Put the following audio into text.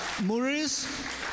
Maurice